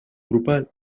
grupal